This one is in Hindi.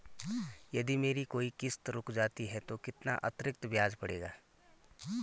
यदि मेरी कोई किश्त रुक जाती है तो कितना अतरिक्त ब्याज पड़ेगा?